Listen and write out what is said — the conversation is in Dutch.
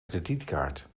kredietkaart